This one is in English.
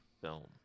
film